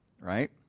right